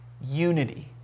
unity